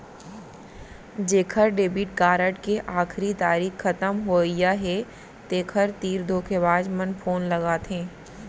जेखर debit card के आखरी तारीख खतम होवइया हे तेखर तीर धोखेबाज मन फोन लगाथे